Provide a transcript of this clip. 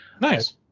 nice